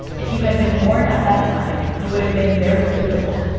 if you had been born at that time, you would have been very beautiful,